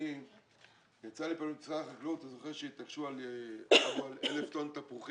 אני זוכר שבמשרד החקלאות התעקשו על 1,000 טון תפוחים